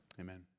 Amen